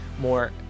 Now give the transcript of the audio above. more